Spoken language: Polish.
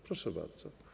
Proszę bardzo.